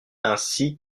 ainsi